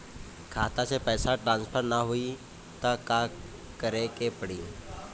खाता से पैसा टॉसफर ना होई त का करे के पड़ी?